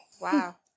Wow